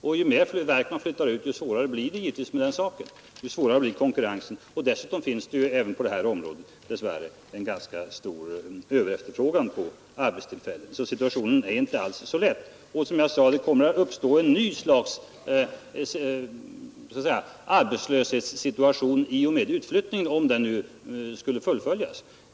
Och ju fler verk som flyttas ut, desto svårare blir det naturligtvis med den saken och desto hårdare blir konkurrensen. Och som jag sade: Det kommer att uppstå ett nytt slags arbetslöshetssituation i och med utflyttningen, om den nu skulle fullföljas.